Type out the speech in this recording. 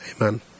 Amen